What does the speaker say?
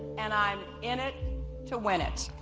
and i'm in it to win it!